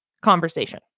conversation